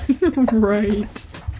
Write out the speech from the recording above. Right